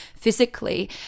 physically